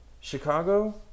Chicago